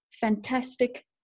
fantastic